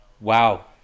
Wow